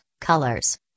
colors